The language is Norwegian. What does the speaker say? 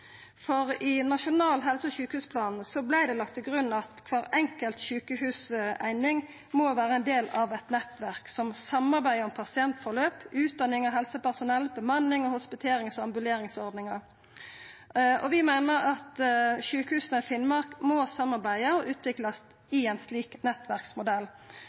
I Nasjonal helse- og sykehusplan vart det lagt til grunn at kvar enkelt sjukehuseining må vera ein del av eit nettverk som samarbeider om pasientforløp, utdanning av helsepersonell, bemanning og hospiterings- og ambuleringsordningar. Vi meiner at sjukehusa i Finnmark må samarbeida og utviklast i ein slik nettverksmodell.